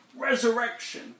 resurrection